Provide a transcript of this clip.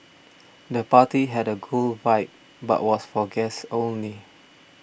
the party had a cool vibe but was for guests only